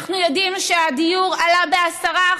אנחנו יודעים שהדיור עלה ב-10%.